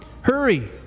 hurry